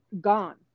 gone